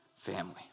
family